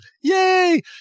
Yay